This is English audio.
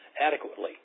adequately